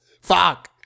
Fuck